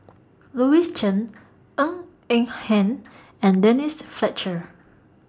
Louis Chen Ng Eng Hen and Denise Fletcher